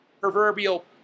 proverbial